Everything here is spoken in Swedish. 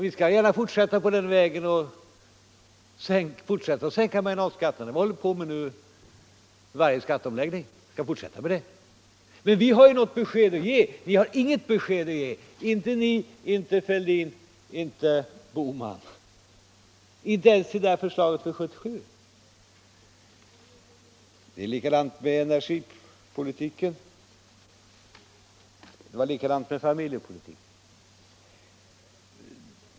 Vi har vid varje skatteomläggning sänkt marginalskatterna, och vi skall fortsätta med det. Vi har alltså ett besked att ge, men det har inte ni och inte heller herrar Fälldin och Bohman - inte ens i det förslag som rör år 1977. Det var likadant med energipolitiken och med familjepolitiken.